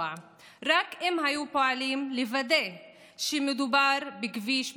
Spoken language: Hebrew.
אם רק היו פועלים לוודא שמדובר בכביש בטיחותי,